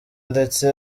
ndetse